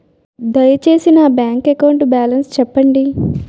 దయచేసి నా bank account balance చెప్పండి